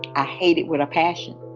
i hate it with a passion.